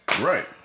Right